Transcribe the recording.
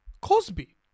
Cosby